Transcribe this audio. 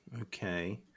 okay